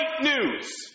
news